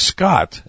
Scott